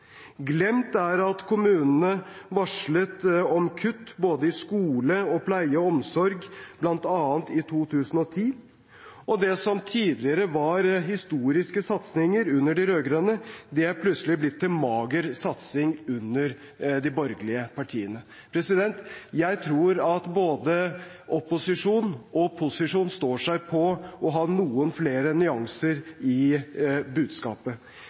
Glemt er det at kommunene varslet om kutt både i skole, pleie og omsorg, bl.a. i 2010. Det som tidligere var historiske satsinger under de rød-grønne, er plutselig blitt til mager satsing under de borgerlige partiene. Jeg tror at både opposisjon og posisjon står seg på å ha noen flere nyanser i budskapet.